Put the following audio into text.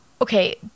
Okay